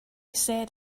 said